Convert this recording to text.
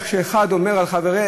איך אחד אומר על חברו,